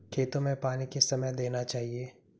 खेतों में पानी किस समय देना चाहिए?